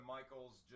Michaels